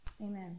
Amen